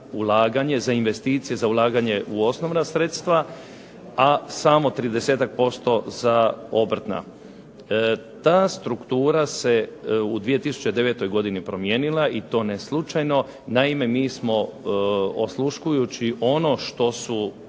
za investicije, za ulaganje u osnovna sredstva, a samo 30-tak% za obrtna. Ta struktura se u 2009. godini promijenila i to ne slučajno, naime mi smo osluškujući ono što su